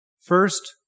First